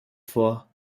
vor